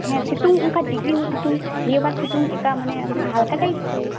ᱦᱮᱸ ᱥᱤᱛᱩᱝ ᱚᱱᱠᱟ ᱰᱤᱜᱨᱤ ᱦᱚᱸ ᱥᱤᱛᱩᱝ ᱱᱤᱭᱟᱹᱵᱟᱨ ᱪᱮᱫᱠᱟ ᱢᱟᱱᱮ ᱚᱱᱠᱟ ᱦᱟᱞᱠᱟ ᱴᱟᱭᱤᱯ ᱥᱮ